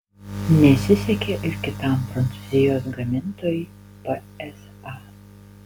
nesisekė ir kitam prancūzijos gamintojui psa